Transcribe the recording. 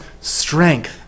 strength